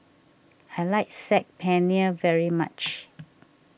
I like Saag Paneer very much